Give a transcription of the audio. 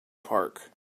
park